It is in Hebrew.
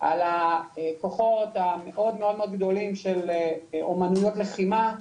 על הכוחות המאוד מאוד גדולים של אומנויות לחימה,